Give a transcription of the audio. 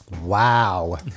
Wow